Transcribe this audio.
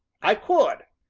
i could.